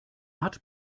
hat